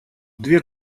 две